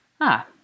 Ah